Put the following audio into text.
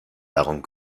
darum